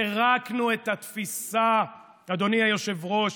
פירקנו את התפיסה הגלותית, אדוני היושב-ראש.